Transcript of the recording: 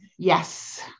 Yes